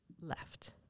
Left